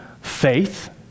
faith